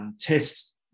test